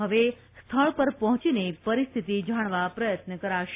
હવે સ્થળ પર પહોંચીને પરિસ્થિતિ જાણવા પ્રયત્ન કરાશે